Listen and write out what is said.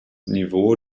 niveau